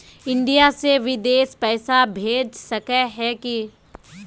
India से बिदेश पैसा भेज सके है की?